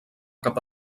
cap